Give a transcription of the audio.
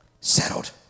Settled